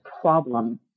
problem